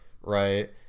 right